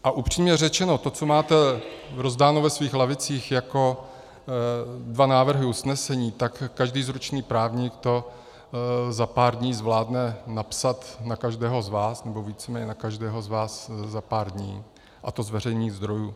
A upřímně řečeno to, co máte rozdáno ve svých lavicích jako dva návrhy usnesení, tak každý zručný právník to za pár dní zvládne napsat na každého z vás, nebo víceméně na každého z vás za pár dní, a to z veřejných zdrojů.